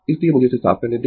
इसलिए मुझे इसे साफ करने दें